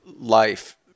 life